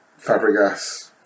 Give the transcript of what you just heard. Fabregas